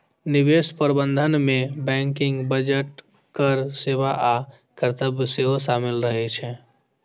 निवेश प्रबंधन मे बैंकिंग, बजट, कर सेवा आ कर्तव्य सेहो शामिल रहे छै